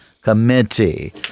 Committee